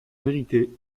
vérité